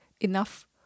enough